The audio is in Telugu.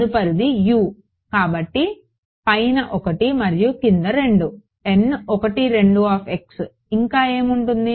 తదుపరిది U కాబట్టి పైన 1 మరియు క్రింద 2 ఇంకా ఏమి ఉంటుంది